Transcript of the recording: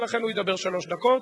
ולכן הוא ידבר שלוש דקות,